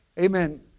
Amen